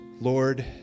Lord